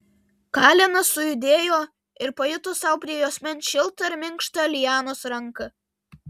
kalenas sujudėjo ir pajuto sau prie juosmens šiltą ir minkštą lianos ranką